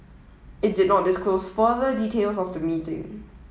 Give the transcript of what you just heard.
it did not disclose further details of the meeting